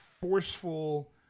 forceful